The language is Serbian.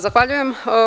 Zahvaljujem.